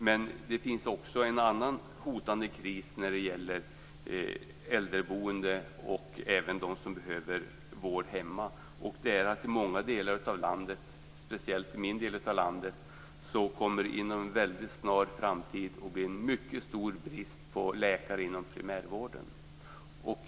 Men det finns också en annan hotande kris när det gäller äldreboende och även de som behöver vård hemma, och det är att i många delar av landet, speciellt i min del av landet, kommer det inom en väldigt snar framtid att bli en mycket stor brist på läkare inom primärvården.